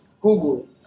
Google